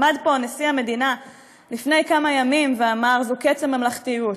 עמד פה נשיא המדינה לפני כמה ימים ואמר: זה קץ הממלכתיות,